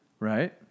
Right